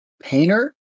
painter